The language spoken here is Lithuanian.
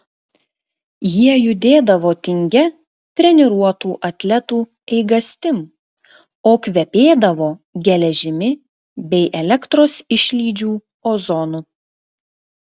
jie judėdavo tingia treniruotų atletų eigastim o kvepėdavo geležimi bei elektros išlydžių ozonu